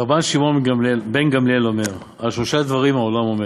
"רבן שמעון בן גמליאל אומר: על שלושה דברים העולם עומד,